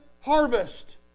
harvest